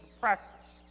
practice